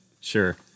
sure